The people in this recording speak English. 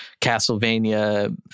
Castlevania